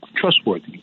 trustworthy